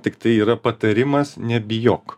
tiktai yra patarimas nebijok